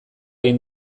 egin